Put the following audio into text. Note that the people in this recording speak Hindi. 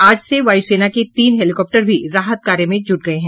आज से वायु सेना के तीन हेलीकॉप्टर भी राहत कार्य में जुट गये हैं